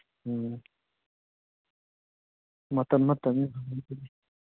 ꯎꯝ ꯃꯇꯝ ꯃꯇꯝ